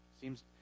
Seems